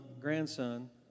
grandson